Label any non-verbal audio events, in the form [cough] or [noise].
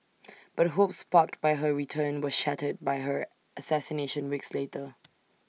but hopes sparked by her return were shattered by her assassination weeks later [noise]